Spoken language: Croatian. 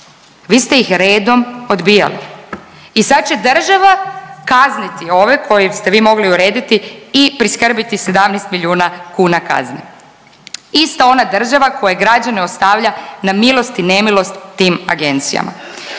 vi ste ih redom odbijali i sad će država kazniti ove koje ste vi mogli urediti i priskrbiti 17 milijuna kuna kazne, ista ona država koja građane ostavlja na milost i nemilost tim agencijama.